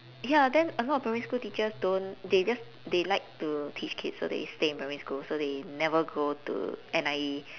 ya then a lot of primary school teachers don't they just they like to teach kids so they stay in primary school so they never go to N_I_E